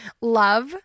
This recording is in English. Love